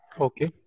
okay